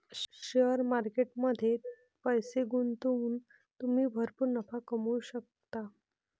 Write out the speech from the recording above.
share market मध्ये पैसे गुंतवून तुम्ही भरपूर नफा कमवू शकता